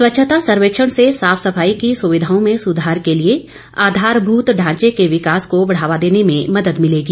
स्वच्छता सर्वेक्षण से साफ सफाई की सुविधाओं में सुधार के लिए आधारभूत ढांचे के विकास को बढ़ावा देने में मदद मिलेगी